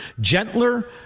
gentler